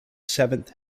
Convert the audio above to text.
seventh